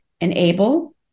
enable